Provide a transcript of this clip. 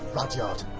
rudyard.